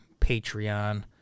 Patreon